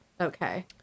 okay